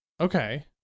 Okay